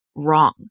Wrong